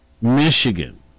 Michigan